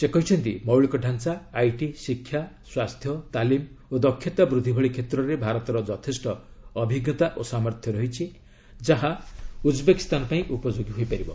ସେ କହିଛନ୍ତି ମୌଳିକ ଢାଞ୍ଚା ଆଇଟି ଶିକ୍ଷା ସ୍ୱାସ୍ଥ୍ୟ ତାଲିମ୍ ଓ ଦକ୍ଷତା ବୃଦ୍ଧି ଭଳି କ୍ଷେତ୍ରରେ ଭାରତର ଯଥେଷ୍ଟ ଅଭିଜ୍ଞତା ଓ ସାମର୍ଥ୍ୟ ରହିଛି ଯାହା ଉଜ୍ବେକିସ୍ତାନ ପାଇଁ ଉପଯୋଗୀ ହୋଇପାରିବ